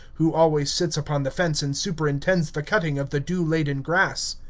who always sits upon the fence and superintends the cutting of the dew-laden grass.